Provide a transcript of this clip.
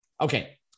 Okay